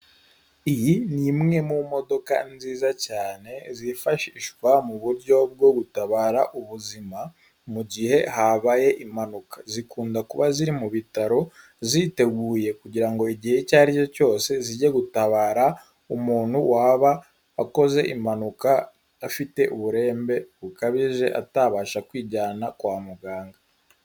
Iyi ni imwe mu modoka nziza cyane zifashishwa mu buryo bwo gutabara ubuzima mu gihe habaye impanuka, zikunda kuba ziri mu bitaro ziteguye kugira ngo igihe icyo aricyo cyose zijye gutabara umuntu waba akoze impanuka, afite uburembe bukabije, atabasha kwijyana kwa muganga.